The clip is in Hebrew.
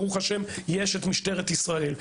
ברוך השם היום יש את משטרת ישראל.